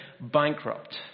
bankrupt